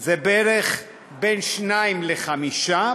הוא בערך בין שניים לחמישה,